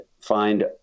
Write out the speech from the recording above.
find